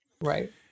Right